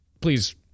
please